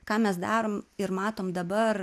ką mes darom ir matome dabar